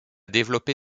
développé